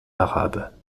arabe